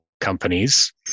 companies